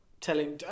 telling